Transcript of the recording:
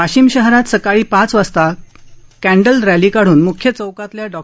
वाशिम शहरात सकाळी पाच वाजता कँडल रॅली काढून मुख्य चौकातील डॉ